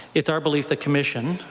it's our belief the commission,